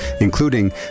including